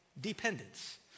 dependence